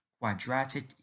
quadratic